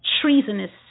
treasonous